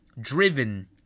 Driven